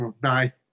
Bye